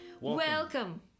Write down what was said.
Welcome